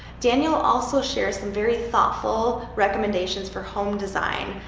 daniel also shares some very thoughtful recommendations for home design,